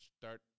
start